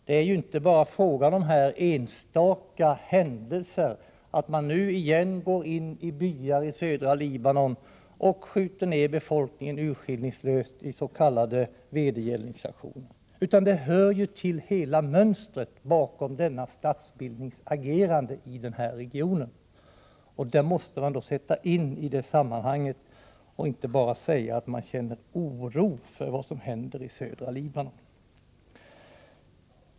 Det är ju inte fråga om enstaka händelser, när israelerna nu igen går in i byar i södra Libanon och skjuter ner befolkningen urskillningslöst i s.k. vedergällningsaktioner, utan det hör till mönstret för denna statsbildnings agerande i regionen. Vad som händer i södra Libanon måste sättas in i sitt sammanhang, och då räcker det inte med att man bara känner oro.